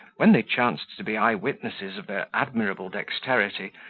when they chanced to be eye-witnesses of their admirable dexterity,